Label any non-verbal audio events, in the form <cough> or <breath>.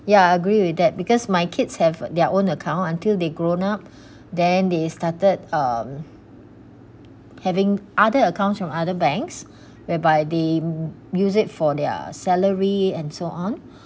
yeah agree with that because my kids have their own account until they grown up <breath> then they started um having other accounts from other banks whereby they use it for their salary and so on